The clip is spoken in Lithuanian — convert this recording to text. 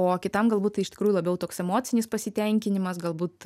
o kitam galbūt tai iš tikrųjų labiau toks emocinis pasitenkinimas galbūt